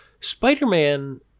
Spider-Man